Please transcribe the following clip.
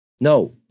No